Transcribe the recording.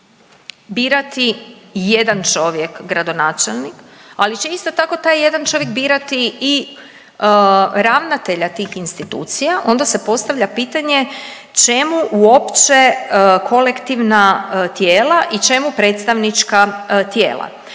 birati jedan čovjek gradonačelnik, ali će isto tako taj jedan čovjek birati i ravnatelja tih institucija onda se postavlja pitanje čemu uopće kolektivna tijela i čemu predstavnička tijela,